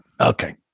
okay